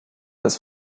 des